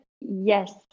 Yes